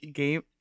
game